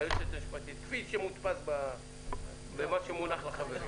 היועצת המשפטית מהנוסח שמונח לחברים.